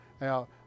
Now